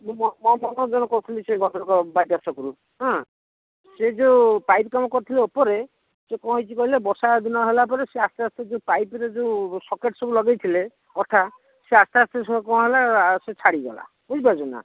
ମୁଁ ମନୋଜ ଜେନ କହୁଥିଲି ସେ ଭଦ୍ରକ ଛକରୁ ହଁ ସେ ଯେଉଁ ପାଇପ୍ କାମ କରିଥିଲ ଉପରେ ସେ କ'ଣ ହେଇଛି କହିଲେ ବର୍ଷାଦିନ ହେଲା ପରେ ସେ ଆସ୍ତେ ଆସ୍ତେ ଯେଉଁ ପାଇପ୍ରେ ଯେଉଁ ସକେଟ୍ ସବୁ ଲଗାଇଥିଲେ ଅଠା ସେ ଆସ୍ତେ ଆସ୍ତେ ସେ କ'ଣ ହେଲା ସେ ଛାଡ଼ିଯାଉଛି ବୁଝିପାରୁଛନ୍ତି ନା